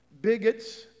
bigots